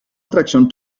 atracción